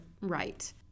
right